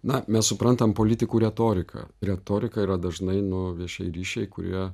na mes suprantam politikų retoriką retorika yra dažnai nu viešieji ryšiai kurie